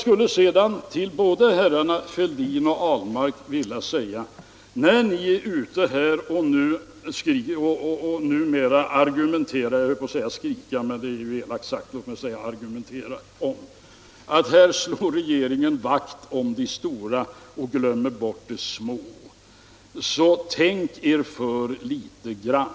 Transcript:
Både till herr Fälldin och till herr Ahlmark skulle jag vilja säga: När ni gör gällande att regeringen slår vakt om de stora och glömmer bort de små, tänk er för litet grand!